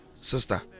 sister